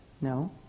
No